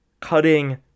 cutting